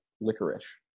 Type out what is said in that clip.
licorice